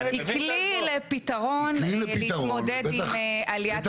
היא כלי לפתרון להתמודד עם עליית ההחזרים.